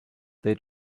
they